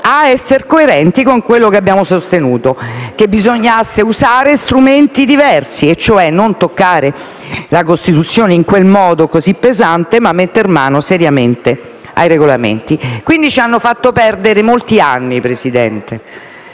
siamo coerenti con quanto abbiamo sostenuto allora e cioè che bisognasse usare strumenti diversi: non toccare la Costituzione in quel modo così pesante, ma metter mano seriamente ai Regolamenti. Quindi ci hanno fatto perdere molti anni, Presidente.